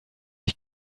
ich